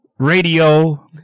radio